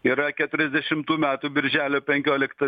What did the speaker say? yra keturiasdešimtų metų birželio penkiolikta